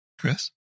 Chris